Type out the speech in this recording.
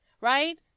right